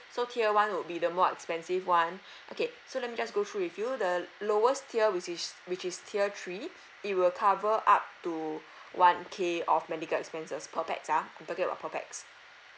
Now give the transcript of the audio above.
so tier one would be the more expensive one okay so let me just go through with you the lowest tier which is which is tier three it will cover up to one K of medical expenses per pax ah I'm talking about per pax